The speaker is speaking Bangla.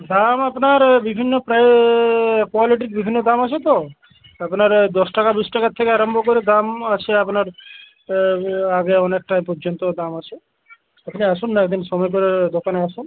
দাম আপনার বিভিন্ন প্রায় কোয়ালিটির বিভিন্ন দাম আছে তো আপনার দশ টাকা বিশ টাকার থেকে আরাম্ভ করে দাম আছে আপনার আগে অনেকটাই পর্যন্ত দাম আছে আপনি আসুন না এক দিন সময় করে দোকানে আসুন